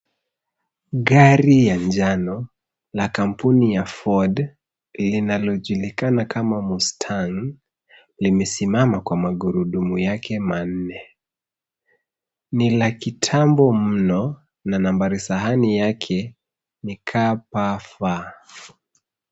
Gari ya njano, la kampuni ya Ford, linalojulikana kama Mustang, limesimama kwa magurudumu yake manne. Ni la kitambo mno na nambari sahani yake ni KPF .